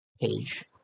page